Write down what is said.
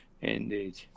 Indeed